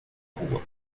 rua